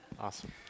awesome